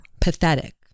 pathetic